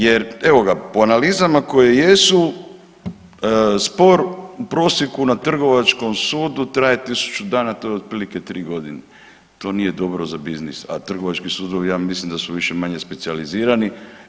Jer, evo ga, po analizama koje jesu, spor u prosjeku na trgovačkom sudu traje 1000 dana, to je otprilike 3 godine, to nije dobro za biznis, a trgovački sudovi ja mislim da su više-manje specijalizirani.